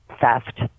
theft